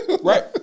Right